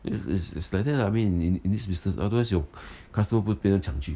is is is like that lah I mean in in this business otherwise your costumer 不被人抢去